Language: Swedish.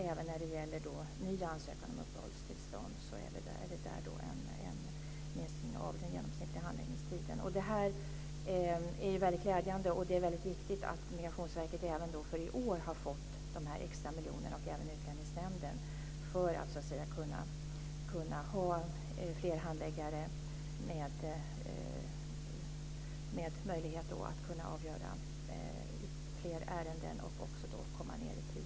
Även när det gäller ny ansökan om uppehållstillstånd är det en minskning av den genomsnittliga handläggningstiden. Det här är väldigt glädjande. Det är viktigt att Migrationsverket även i år har fått extra miljoner, liksom också Utlänningsnämnden, för att kunna ha fler handläggare med möjlighet att avgöra fler ärenden och komma ned i tid.